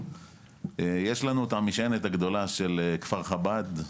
יש לנו את המשענת הגדולה של כפר חב"ד,